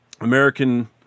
American